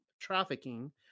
trafficking